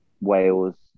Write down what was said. Wales